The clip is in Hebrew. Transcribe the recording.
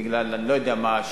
בגלל אני לא יודע מה,